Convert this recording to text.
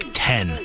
ten